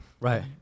Right